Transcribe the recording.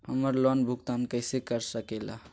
हम्मर लोन भुगतान कैसे कर सके ला?